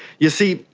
you see,